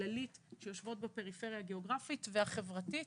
הכללית שיושבות בפריפריה הגיאוגרפית והחברתית.